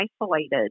isolated